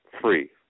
free